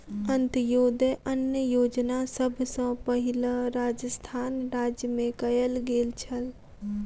अन्त्योदय अन्न योजना सभ सॅ पहिल राजस्थान राज्य मे कयल गेल छल